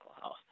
health